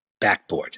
backboard